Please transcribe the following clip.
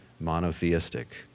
monotheistic